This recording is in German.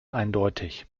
eindeutig